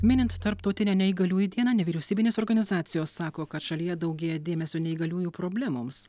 minint tarptautinę neįgaliųjų dieną nevyriausybinės organizacijos sako kad šalyje daugėja dėmesio neįgaliųjų problemoms